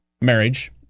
marriage